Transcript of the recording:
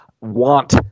want